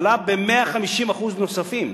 עלה ב-150% נוספים,